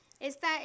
Esta